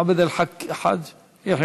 עבד אל חאג' יחיא,